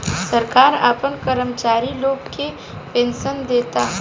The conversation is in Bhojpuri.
सरकार आपना कर्मचारी लोग के पेनसन देता